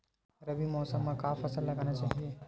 रबी मौसम म का फसल लगाना चहिए?